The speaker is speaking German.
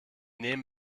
nehmen